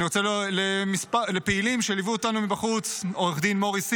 אני רוצה להודות לפעילים שליוו אותנו מבחוץ: עו"ד מוריס הירש,